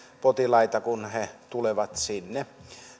potilaita kun he tulevat sinne